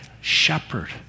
shepherd